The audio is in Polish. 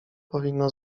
powinno